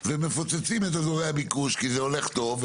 ומפוצצים את אזורי הביקוש כי זה הולך טוב,